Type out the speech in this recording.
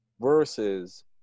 versus